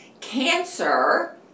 cancer